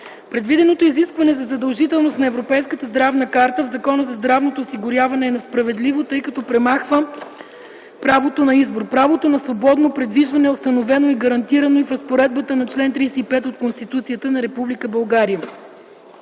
Предвиденото изискване за задължителност на Европейската здравна карта в Закона за здравното осигуряване е несправедливо, тъй като премахва правото на избор. Правото на свободно придвижване е установено и гарантирано и в разпоредбата на чл. 35 от Конституцията на